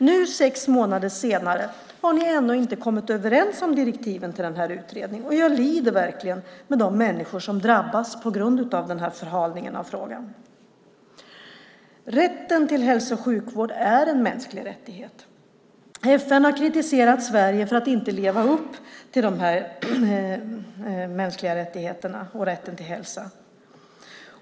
Nu, sex månader senare, har ni ändå inte kommit överens om direktiven till utredningen, och jag lider verkligen med de människor som drabbas på grund av den här förhalningen av frågan. Rätten till hälso och sjukvård är en mänsklig rättighet. FN har kritiserat Sverige för att inte leva upp till de mänskliga rättigheterna och rätten till hälsa.